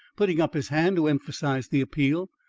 putting up his hand to emphasise the appeal.